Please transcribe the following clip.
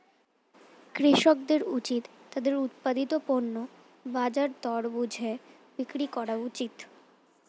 কৃষকদের উচিত তাদের উৎপাদিত পণ্য বাজার দর বুঝে বিক্রি করা উচিত